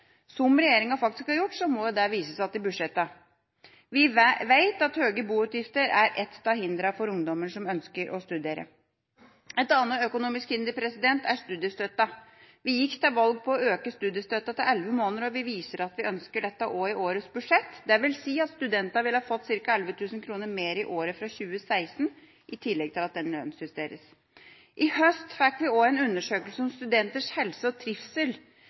som regjeringa faktisk har gjort, så må jo dette vises i budsjettene. Vi vet at høye boutgifter er et av hindrene for ungdommer som ønsker å studere. Et annet økonomisk hinder er studiestøtten. Vi gikk til valg på å øke studiestøtten til elleve måneder, og vi viser at vi ønsker dette også i årets budsjett. Det betyr at studentene ville ha fått ca. 11 000 kr mer i året fra 2016, i tillegg til at den lønnsjusteres. I høst fikk vi også en undersøkelse om studenters helse og trivsel.